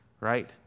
right